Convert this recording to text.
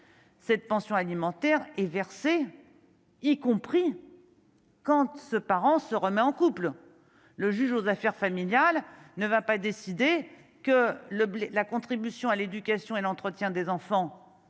cette pension alimentaire et versez-y compris. Kant se parent se remet en couple, le juge aux affaires familiales ne va pas décider que le blé, la contribution à l'éducation et l'entretien des enfants